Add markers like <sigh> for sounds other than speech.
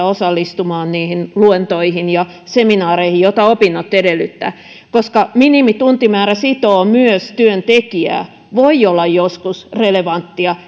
<unintelligible> osallistumaan niihin luentoihin ja seminaareihin joita opinnot edellyttävät koska minimituntimäärä sitoo myös työntekijää voi olla joskus relevanttia <unintelligible>